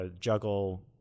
juggle